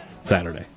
Saturday